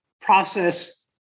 process